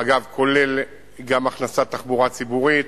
אגב, כולל גם הכנסת תחבורה ציבורית